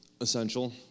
essential